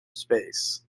space